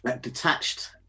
detached